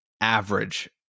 average